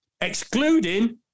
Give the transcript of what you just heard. excluding